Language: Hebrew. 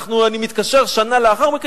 אני מתקשר שנה לאחר מכן,